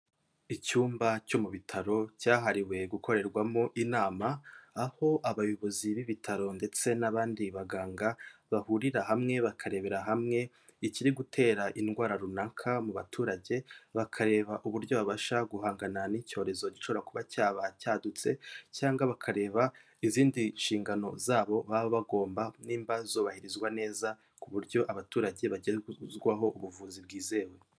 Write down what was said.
Icyumba cyo mu bitaro cyahariwe gukorerwamo inama, aho abayobozi b'ibitaro ndetse n'abandi baganga bahurira hamwe bakarebera hamwe ikiri gutera indwara runaka mu baturage, bakareba uburyo babasha guhangana n'icyorezo gishobora kuba cyaba cyadutse, cyangwa bakareba izindi nshingano zabo baba bagomba nimba zubahirizwa neza ku buryo abaturage bagezwaho ubuvuzi bwizewe.